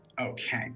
Okay